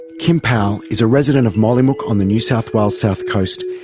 kim powell is a resident of mollymook on the new south wales south coast,